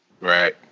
Right